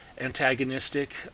antagonistic